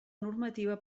normativa